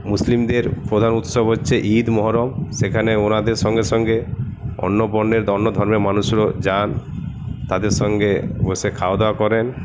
মুসলিমদের প্রধান উৎসব হচ্ছে ঈদ মহরম সেখানে ওনাদের সঙ্গে সঙ্গে অন্য বর্ণের অন্য ধর্মের মানুষও যান তাদের সঙ্গে বসে খাওয়া দাওয়া করেন